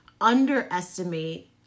underestimate